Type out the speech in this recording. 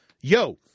Yo